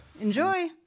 Enjoy